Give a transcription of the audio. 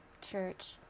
church